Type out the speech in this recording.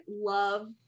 love